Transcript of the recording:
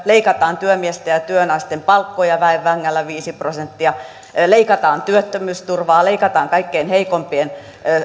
leikataan työmiesten ja työnaisten palkkoja väen vängällä viisi prosenttia leikataan työttömyysturvaa leikataan kaikkein heikoimpien